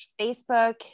Facebook